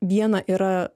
viena yra